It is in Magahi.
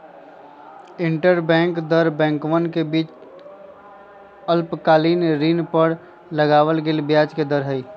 इंटरबैंक दर बैंकवन के बीच अल्पकालिक ऋण पर लगावल गेलय ब्याज के दर हई